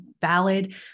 valid